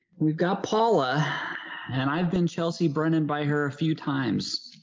we've got paula and i've been chelsea brennan by her a few times.